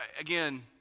again